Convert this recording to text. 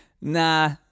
nah